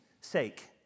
sake